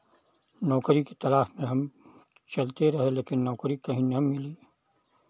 नौकरी की तलाश में हम चलते रहे लेकिन नौकरी कहीं ना मिली